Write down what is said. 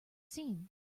seen